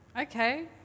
Okay